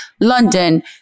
London